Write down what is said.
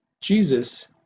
Jesus